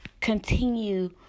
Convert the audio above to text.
continue